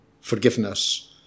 forgiveness